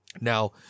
Now